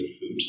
food